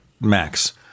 max